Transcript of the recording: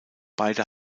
beide